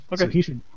Okay